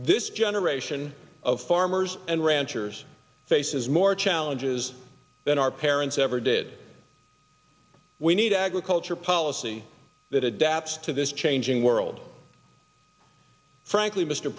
this generation of farmers and ranchers faces more challenges than our parents ever did we need agriculture policy that adapts to this changing world frankly mr